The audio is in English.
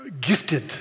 gifted